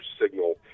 signal